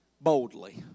boldly